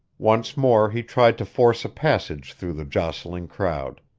once more he tried to force a passage through the jostling crowd.